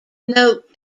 note